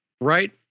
right